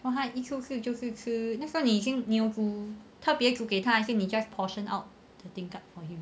so 他一出世就是吃那时后你有特别煮给他还是你 just portion out the tingkat for him